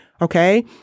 Okay